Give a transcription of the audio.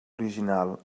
original